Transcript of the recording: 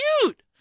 cute